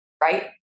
right